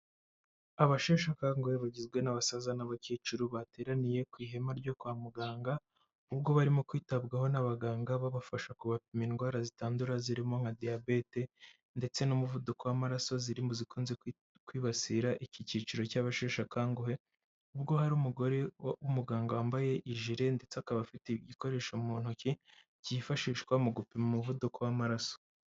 Abasheshe akanguhe bagizwe n'abasaza n'abakecuru bateraniye ku ihema ryo kwa muganga, ubwo barimo kwitabwaho n'abaganga babafasha kubapima indwara zitandura zirimo nka diyabete ndetse n'umuvuduko w'amaraso ziri mu zikunze kwibasira iki cyiciro cy'abasheshe akanguhe, ubwo hari umugore w'umuganga wambaye ijire ndetse akaba afite ibikoresho mu ntoki byifashishwa mu gupima umuvuduko w'amaraso.